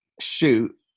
shoot